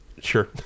Sure